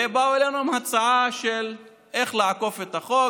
ובאו אלינו עם הצעה של איך לעקוף את החוק